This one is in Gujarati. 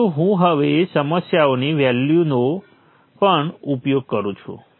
પરંતુ હું હવે સમસ્યાઓની વેલ્યુનો પણ ઉપયોગ કરું છું